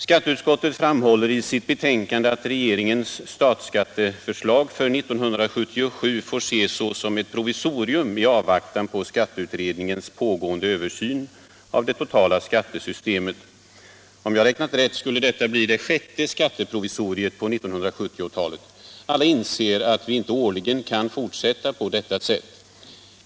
Skatteutskottet framhåller i sitt betänkande att regeringens statsskatteförslag för 1977 får ses såsom ett provisorium i avvaktan på skatteutredningens pågående översyn av det totala skattesystemet. Om jag räknat rätt, skulle detta bli det sjätte skatteprovisoriet på 1970-talet. Alla inser att vi inte årligen kan fortsätta på detta sätt.